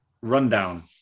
rundown